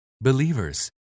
believers